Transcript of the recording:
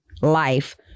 life